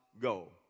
go